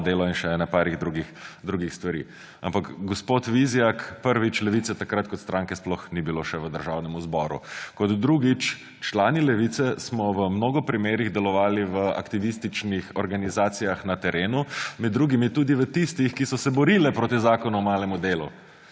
delu in še nekaj drugih stvari. Ampak gospod Vizjak, prvič, Levice takrat kot stranke sploh ni bilo še v Državnem zboru. Kot drugič, člani Levice smo v mnogo primerih delovali v aktivističnih organizacijah na terenu, med drugim tudi v tistih, ki so se borile proti Zakonu o malemu delu.